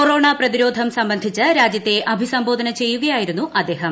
corona പ്രതിരോധം സംബന്ധിച്ച് രാജ്യത്തെ അഭിസംബോധന ചെയ്യുകയായിരുന്നു അദ്ദേഹം